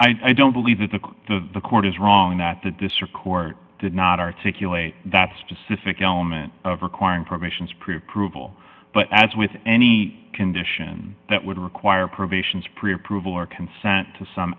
but i don't believe that the the court is wrong that that this or court did not articulate that specific element of requiring permissions pre approval but as with any condition that would require provisions pre approval or consent to some